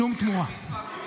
שום תמורה.